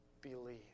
believe